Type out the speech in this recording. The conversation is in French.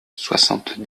soixante